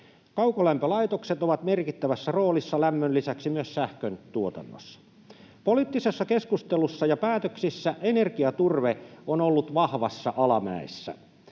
Kaukolämpölaitokset ovat merkittävässä roolissa lämmön lisäksi myös sähköntuotannossa. Poliittisessa keskustelussa ja päätöksissä energiaturve on ollut vahvassa alamäessä.